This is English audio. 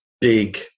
big